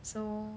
so